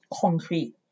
concrete